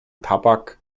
tabak